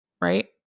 Right